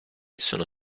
sono